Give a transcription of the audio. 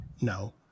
No